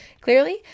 clearly